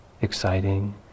exciting